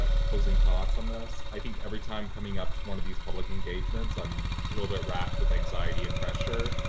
ah closing thoughts on this. i think every time coming up to one of these public engagements, i'm a little bit racked with anxiety and pressure.